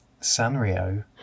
Sanrio